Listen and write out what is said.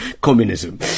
communism